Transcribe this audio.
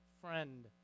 friend